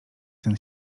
ten